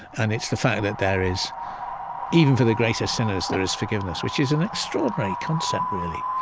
and it's the fact that there is even for the greatest sinners, there is forgiveness, which is an extraordinary concept, really.